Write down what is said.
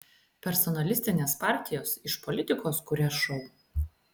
personalistinės partijos iš politikos kuria šou